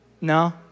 No